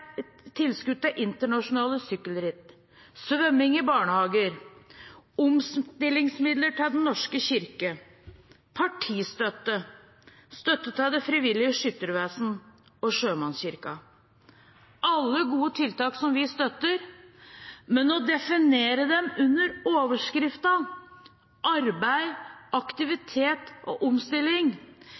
tilskudd til internasjonale sykkelritt, svømming i barnehager, omstillingsmidler til Den norske kirke, partistøtte, støtte til Det Frivillige Skyttervesen og Sjømannskirken – alle gode tiltak, som vi støtter, men å definere dem under overskriften «Arbeid, aktivitet og omstilling»